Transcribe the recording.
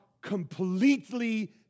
completely